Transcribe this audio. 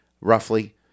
roughly